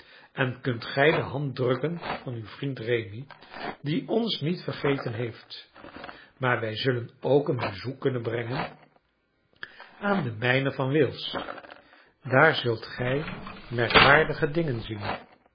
en kunt gij de hand drukken van uw vriend rémi die ons niet vergeten heeft maar wij zullen ook een bezoek kunnen brengen aan de mijnen van wales daar zult gij merkwaardige dingen zien